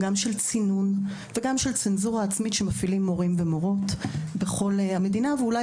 צינון וצנזורה עצמית שמפעילים מורים ומורות בכל המדינה ואולי